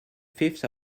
fifth